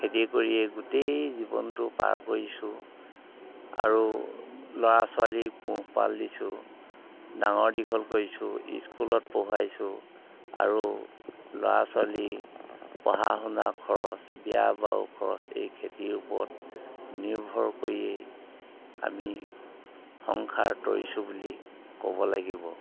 খেতি কৰিয়েই গোটেই জীৱনটো পাৰ কৰিছোঁ আৰু ল'ৰা ছোৱালী পোহপাল দিছোঁ ডাঙৰ দীঘল কৰিছোঁ স্কুলত পঢ়ুৱাইছোঁ আৰু ল'ৰা ছোৱালীক পঢ়া শুনাৰ খৰচ বিয়া বাৰু খৰচ এই খেতিৰ ওপৰত নিৰ্ভৰ কৰিয়েই আমি সংসাৰ তৰিছোঁ বুলি ক'ব লাগিব